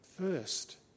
first